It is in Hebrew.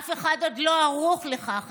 אף אחד עוד לא ערוך לכך,